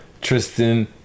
Tristan